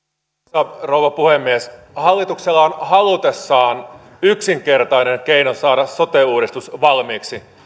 arvoisa rouva puhemies hallituksella on halutessaan yksinkertainen keino saada sote uudistus valmiiksi